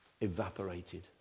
evaporated